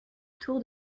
tour